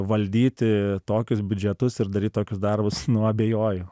valdyti tokius biudžetus ir daryt tokius darbus nu abejoju